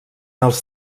els